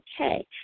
okay